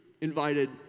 invited